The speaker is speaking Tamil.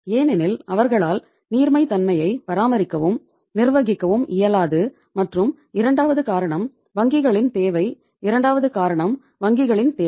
ஏனெனில் அவர்களால் நீர்மைத்தன்மையை பராமரிக்கவும் நிர்வகிக்கவும் இயலாது மற்றும் இரண்டாவது காரணம் வங்கிகளின் தேவை இரண்டாவது காரணம் வங்கிகளின் தேவை